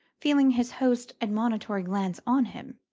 feeling his host's admonitory glance on him,